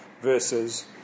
versus